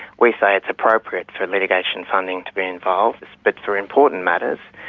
we say it's appropriate for litigation funding to be involved. but for important matters,